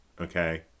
okay